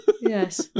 yes